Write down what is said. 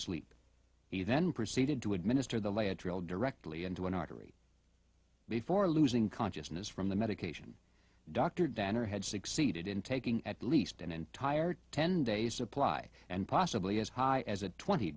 sleep he then proceeded to administer the lateral directly into an artery before losing consciousness from the medication dr danner had succeeded in taking at least an entire ten day supply and possibly as high as a twenty